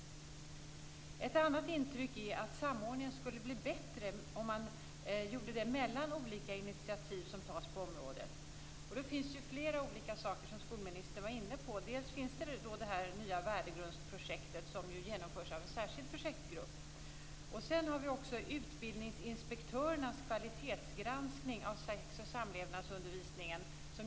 Ett annat intryck är att samordningen skulle bli bättre om den skedde mellan olika initiativ som tas på området. Som skolministern var inne på finns det flera olika saker. Det finns det nya värdegrundsprojektet som genomförs av särskild projektgrupp. Sedan gör också Skolverkets utbildningsinspektörer en kvalitetsgranskning av sex och samlevnadsundervisningen.